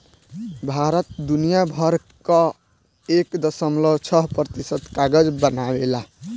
भारत दुनिया भर कअ एक दशमलव छह प्रतिशत कागज बनावेला